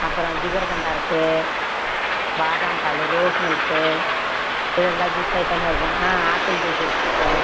அப்புறம் ஜிகர்தண்டா இருக்குது பாதாம் பால் ரோஸ் மில்க்கு இது எல்லா ஜூஸ் ஐட்டமும் இருக்குது ஆ ஆப்பிள் ஜூஸ்ஸும் இருக்குதுங்க சார்